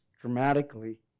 dramatically